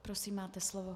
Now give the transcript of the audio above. Prosím, máte slovo.